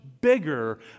bigger